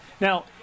Now